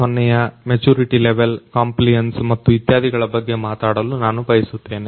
0ಯ ಪಕ್ವತೆ ಮಟ್ಟ ಕಂಪ್ಲಿಯನ್ಸ್ ಮತ್ತು ಇತ್ಯಾದಿಗಳ ಬಗ್ಗೆ ಮಾತನಾಡಲು ನಾನು ಬಯಸುತ್ತೇನೆ